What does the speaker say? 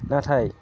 नाथाय